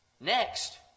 Next